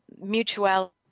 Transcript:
mutuality